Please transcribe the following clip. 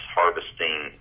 harvesting